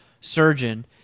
surgeon